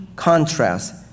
Contrast